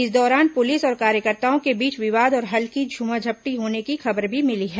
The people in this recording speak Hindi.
इस दौरान पुलिस और कार्यकर्ताओं के बीच विवाद और हल्की झूमाझटकी होने की भी खबर मिली है